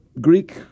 Greek